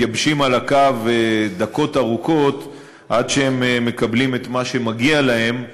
מתייבשים על הקו דקות ארוכות עד שהן מקבלים את מה שמגיע להם,